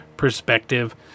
Perspective